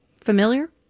familiar